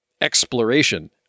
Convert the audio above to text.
exploration